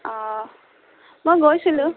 অঁ মই গৈছিলোঁ